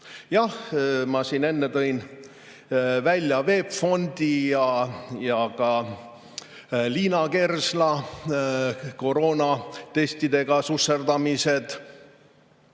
Jah, ma siin enne tõin välja VEB Fondi ja ka Liina Kersna koroonatestidega susserdamise